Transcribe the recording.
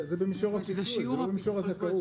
זה במישור הפיצוי, זה לא במישור הזכאות.